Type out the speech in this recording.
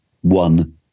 one